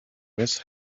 miss